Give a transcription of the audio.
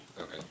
Okay